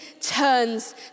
turns